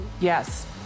Yes